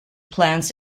plants